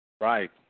Right